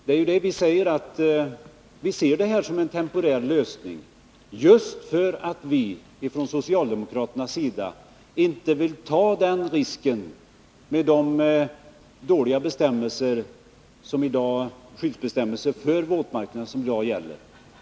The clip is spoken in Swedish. Det är ju det vi tar upp — att vi ser det här som en temporär lösning därför att vi från socialdemokraternas sida inte vill ta denna risk, med de dåliga skyddsbestämmelser för våtmarkerna som i dag gäller.